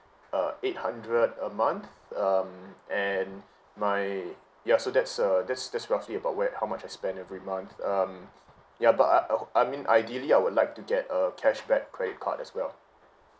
uh eight hundred a month um and my ya so that'S uh that'S that'S roughly about where and how much I spend every month um ya but I I ho~ I mean ideally I would like to get a cashback credit card as well